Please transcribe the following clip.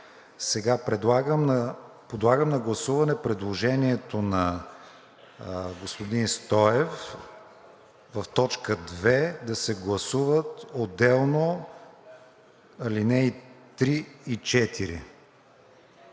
няма. Подлагам на гласуване предложението на господин Стоев в т. 2 да се гласуват отделно алинеи 3 и 4.